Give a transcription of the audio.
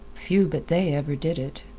few but they ever did it.